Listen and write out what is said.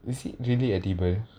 it's really edible